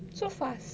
so fast